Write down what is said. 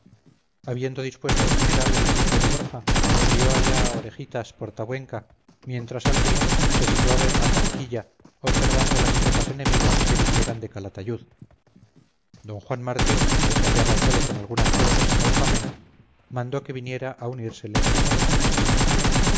habiendo dispuesto el general el sitio de borja envió allá a orejitas por tabuenca mientras albuín se situaba en matanquilla observando las tropas enemigas que vinieran de calatayud d juan martín que se hallaba sólo con algunas fuerzas en alfamén mandó que viniera a unírsele